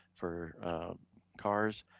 for cars,